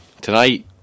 tonight